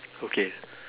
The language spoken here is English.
okay